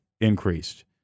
increased